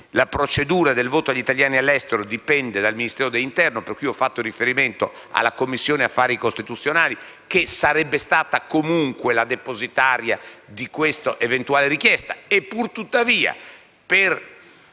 - come è noto - tale procedura dipende dal Ministero dell'interno per cui ho fatto riferimento alla Commissione affari costituzionali, che sarebbe stata comunque la depositaria di questa eventuale richiesta.